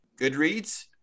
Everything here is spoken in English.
Goodreads